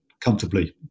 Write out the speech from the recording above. comfortably